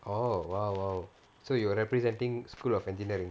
orh !wow! !wow! so you were representing school of engineering